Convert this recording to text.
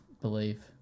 believe